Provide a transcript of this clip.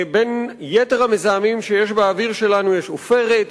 בין יתר המזהמים שיש באוויר שלנו יש עופרת,